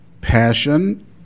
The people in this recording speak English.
Passion